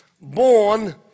born